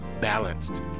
balanced